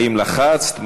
האם לחצת?